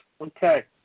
Okay